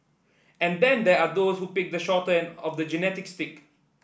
and then there are those who picked the shorter of the genetic stick